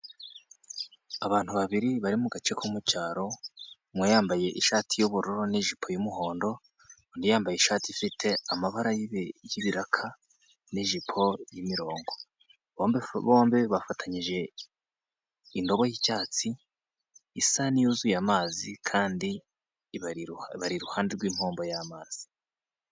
Abantu babiri bari mu gace ko mu cyaro, umwe yambaye ishati y'ubururu n'ijipo y'umuhondo, undi yambaye ishati ifite amabara y'ibiraka n'ijipo y'imirongo, bombi bafatanyije indobo y'icyatsi isa n'iyuzuye amazi kandi bari iruhande rw'impombo y'amazi.